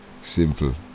simple